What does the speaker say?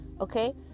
Okay